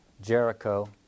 Jericho